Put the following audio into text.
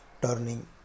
turning